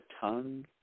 tongue